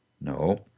No